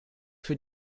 für